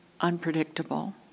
unpredictable